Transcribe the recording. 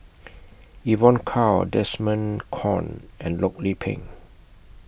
Evon Kow Desmond Kon and Loh Lik Peng